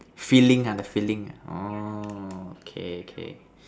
filling ah the filling ah orh K K